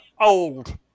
old